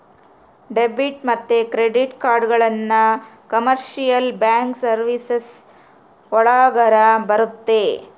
debit ಮತ್ತೆ credit ಕಾರ್ಡ್ಗಳನ್ನ commercial bank services ಒಳಗರ ಬರುತ್ತೆ